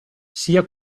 sia